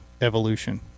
evolution